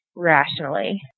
rationally